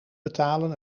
betalen